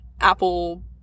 apple-